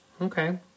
Okay